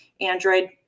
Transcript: Android